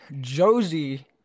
josie